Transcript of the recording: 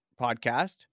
podcast